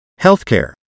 healthcare